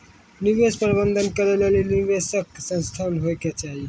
निवेश प्रबंधन करै लेली निवेशक संस्थान होय के चाहि